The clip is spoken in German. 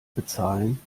bezahlen